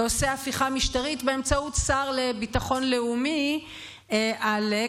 ועושה הפיכה משטרית באמצעות שר לביטחון לאומי עלק,